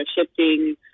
shifting